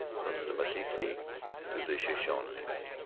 from the meteetsee to the shoshones.